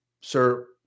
sir